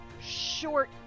short